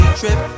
trip